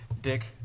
Dick